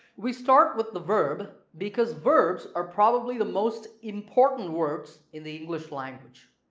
we start with the verb because verbs are probably the most important words in the english language,